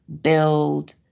build